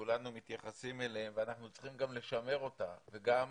כולנו מתייחסים אליהם ואנחנו גם צריכים לשמר אותה וגם